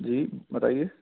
جی بتائیے